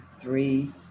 three